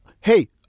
Hey